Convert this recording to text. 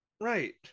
Right